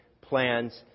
plans